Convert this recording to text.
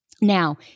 Now